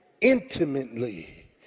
intimately